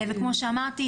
וכמו שאמרתי,